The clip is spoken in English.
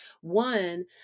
One